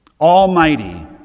Almighty